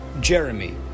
Jeremy